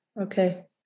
Okay